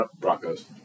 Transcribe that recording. Broncos